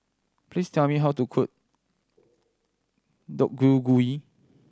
please tell me how to cook Deodeok Gui